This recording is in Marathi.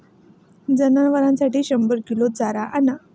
जनावरांसाठी शंभर किलो चारा आणा